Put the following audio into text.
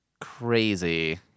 crazy